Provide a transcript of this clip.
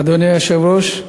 אדוני היושב-ראש,